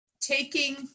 taking